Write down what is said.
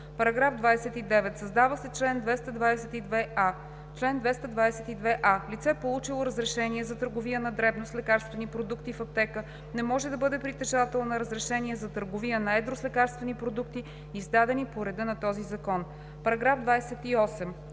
§ 29: „§ 29. Създава се чл. 222а: „Чл. 222а. Лице, получило разрешение за търговия на дребно с лекарствени продукти в аптека, не може да бъде притежател на разрешение за търговия на едро с лекарствени продукти, издадени по реда на този закон.“ По § 28